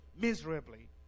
miserably